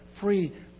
free